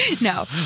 No